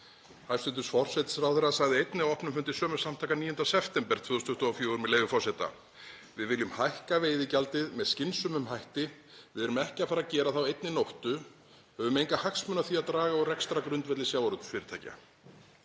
Hæstv. forsætisráðherra sagði einnig á opnum fundi sömu samtaka 9. september 2024, með leyfi forseta: „Við viljum hækka veiðigjaldið með skynsömum hætti. Við erum ekki að fara að gera það á einni nóttu. Við höfum enga hagsmuni af því að draga úr rekstrargrundvelli sjávarútvegsfyrirtækja.“